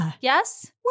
Yes